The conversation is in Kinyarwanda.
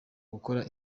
gukora